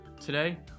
Today